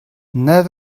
nav